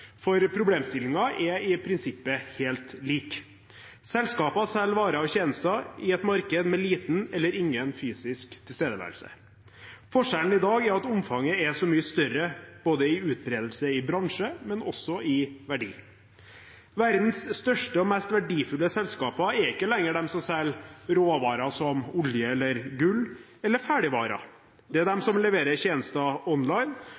For problemstillingen er i prinsippet helt lik: Selskapene selger varer og tjenester i et marked med liten eller ingen fysisk tilstedeværelse. Forskjellen i dag er at omfanget er så mye større både i utbredelse i bransje og i verdi. Verdens største og mest verdifulle selskaper er ikke lenger de som selger råvarer som olje eller gull, eller ferdigvarer. Det er de som leverer tjenester online,